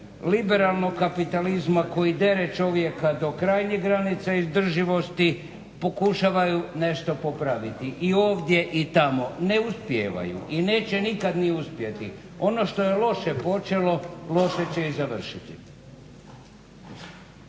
liberalnog kapitalizma koji dere čovjeka do krajnjih granica izdržljivosti, pokušavaju nešto popraviti, i ovdje i tamo. Ne uspijevaju i neće nikad ni uspjeti. Ono što je loše počelo loše će i završiti.